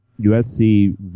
USC